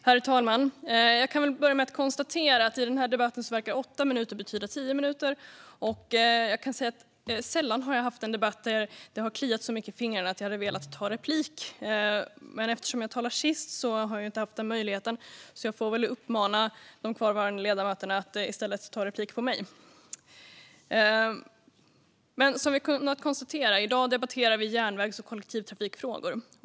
Herr talman! Jag börjar med att konstatera att i den här debatten verkar åtta minuter betyda tio minuter. Jag kan också säga att jag sällan har varit med i en debatt där det har kliat så mycket i fingrarna att begära replik. Eftersom jag talar sist har jag dock inte haft den möjligheten. Jag får väl uppmana de kvarvarande ledamöterna att i stället begära replik på mig. I dag debatterar vi alltså järnvägs och kollektivtrafikfrågor.